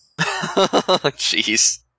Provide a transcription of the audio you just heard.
Jeez